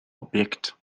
object